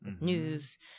news